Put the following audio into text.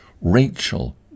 Rachel